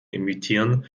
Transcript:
imitieren